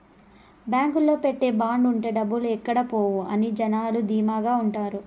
బాంకులో పెట్టే బాండ్ ఉంటే డబ్బులు ఎక్కడ పోవు అని జనాలు ధీమాగా ఉంటారు